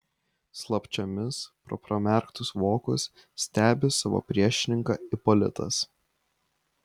slapčiomis pro pramerktus vokus stebi savo priešininką ipolitas